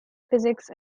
physics